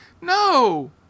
no